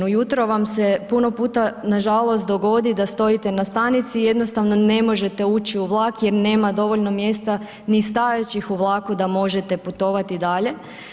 Ujutro vam se puno puta nažalost dogodi da stojite na stanici i jednostavno ne možete ući u vlak jer nema dovoljno mjesta ni stajaćih u vlaku da možete putovati dalje.